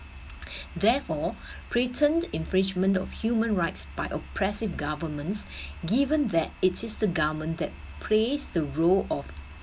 therefore patent infringement of human rights by oppressive governments given that it is the government that plays the role of